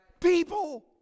People